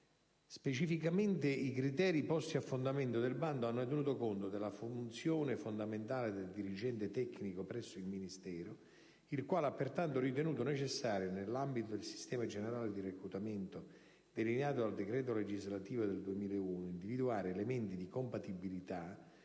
Specificamente, i criteri posti a fondamento del bando hanno tenuto conto della funzione fondamentale del dirigente tecnico presso il Ministero, il quale ha pertanto ritenuto necessario, nell'ambito del sistema generale di reclutamento delineato dal decreto legislativo n. 165 del 2001, individuare elementi di compatibilità